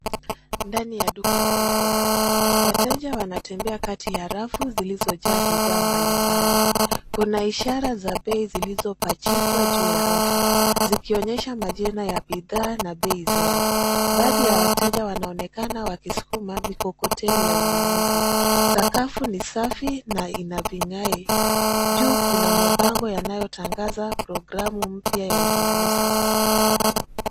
Ndani ya duka kubwa, wateja wanatembea kati ya rafu zilizojaa bidhaa mbalimbali. Kuna ishara za bei zilizopachikwa juu ya rafu, zikionyesha majina ya bidhaa na bei zake. Baadhi ya wateja wanaonekana wakisukuma mikokoteni ya ununuzi. Sakafu ni safi na imewekwa vigae. Juu kuna mabango yanayotangaza programu mpya ya ununuzi.